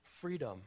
freedom